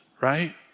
right